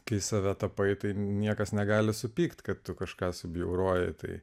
kai save tapai tai niekas negali supykti kad tu kažką subjaurojai tai